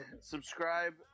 Subscribe